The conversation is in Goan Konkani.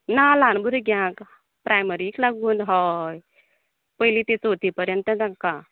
ना ल्हान भुरग्यांक प्रायमरीक लागून हय पयली ते चवथी पर्यंत तेंकां